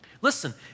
Listen